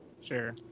Sure